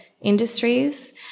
industries